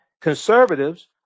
conservatives